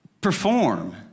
Perform